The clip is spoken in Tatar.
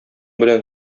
белән